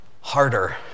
harder